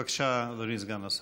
בבקשה, סגן השר.